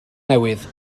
newydd